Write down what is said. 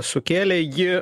sukėlė ji